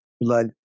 Blood